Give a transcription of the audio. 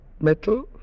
metal